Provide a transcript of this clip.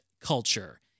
culture